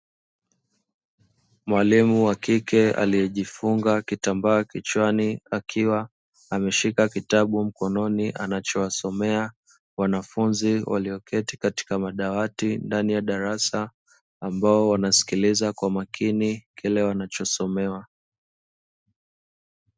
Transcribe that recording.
Mwalimu wa kike aliyejifunga kitambaa kichwani, akiwa ameshika kitabu mkononi anachowasomea wanafunzi walioketi katika madawati ndani ya darasa, ambalo wanasikiliza kwa makini kile wanachosomewa.